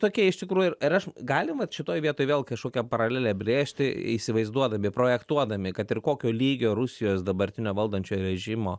tokia iš tikrųjų ir ir aš galim vat šitoj vietoj vėl kažkokią paralelę brėžti įsivaizduodami projektuodami kad ir kokio lygio rusijos dabartinio valdančiojo režimo